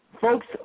folks